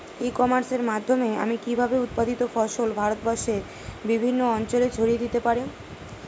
ই কমার্সের মাধ্যমে আমি কিভাবে উৎপাদিত ফসল ভারতবর্ষে বিভিন্ন অঞ্চলে ছড়িয়ে দিতে পারো?